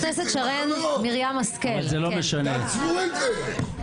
תעצרו את זה,